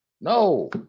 No